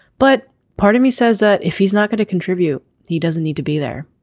but part of me says that if he's not going to contribute he doesn't need to be there.